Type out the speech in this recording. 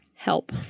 help